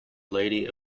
lady